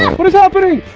what is happening?